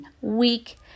week